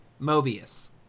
Mobius